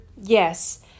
yes